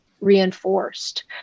reinforced